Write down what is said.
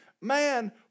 man